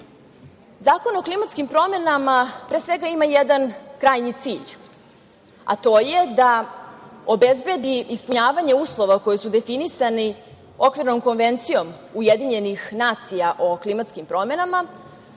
o klimatskim promenama pre svega ima jedan krajnji cilj, a to je da obezbedi ispunjavanje uslova koji su definisani Okvirnom konvencijom UN o klimatskim promenama,